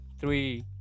three